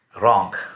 wrong